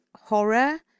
horror